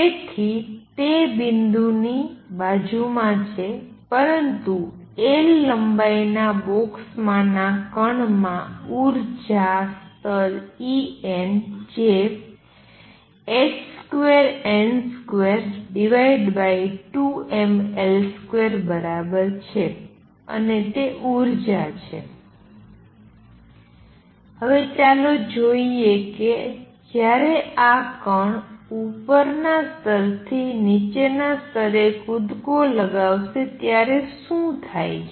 તેથી તે બિંદુની બાજુમાં છે પરંતુ L લંબાઈના બોક્સમાંના કણમાં ઉર્જા સ્તર En જે h2n22mL2 બરાબર છે અને તે ઉર્જા છે હવે ચાલો જોઈએ કે જ્યારે આ કણ ઉપરના સ્તરથી નીચલા સ્તરે કૂદકો લગાવશે ત્યારે શું થાય છે